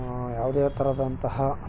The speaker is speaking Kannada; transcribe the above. ಯಾವುದೇ ತರದಂತಹ